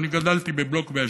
אני גדלתי בבלוק באשדוד.